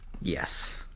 Yes